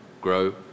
grow